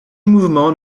mouvement